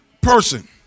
person